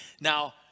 Now